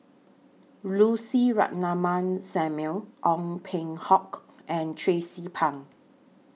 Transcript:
Lucy Ratnammah Samuel Ong Peng Hock and Tracie Pang